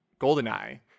Goldeneye